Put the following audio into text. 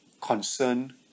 concern